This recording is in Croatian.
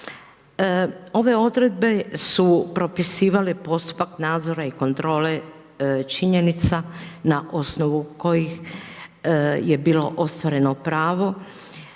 Ove odredbe su propisivale postupak nadzora i kontrole činjenice na osnovu kojih je bilo ostvareno pravo